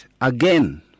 again